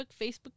Facebook